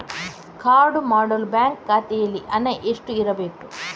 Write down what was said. Card ಮಾಡಲು bank ಖಾತೆಯಲ್ಲಿ ಹಣ ಎಷ್ಟು ಇರಬೇಕು?